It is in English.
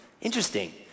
Interesting